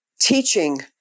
teaching